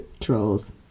Trolls